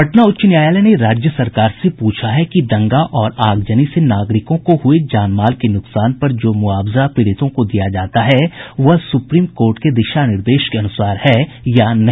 पटना उच्च न्यायालय ने राज्य सरकार से पूछा है कि दंगा और आगजनी से नागरिकों को हुए जानमाल के नुकसान पर जो मुआवजा पीड़ितों को दिया जाता है वह सुप्रीम कोर्ट के दिशा निर्देश के अनुसार है या नहीं